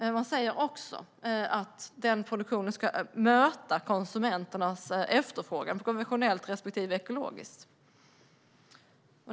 Men man säger också att livsmedelsproduktionen ska möta konsumenternas efterfrågan på konventionellt respektive ekologiskt.